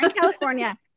california